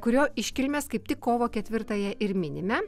kurio iškilmės kaip tik kovo ketvirtąją ir minime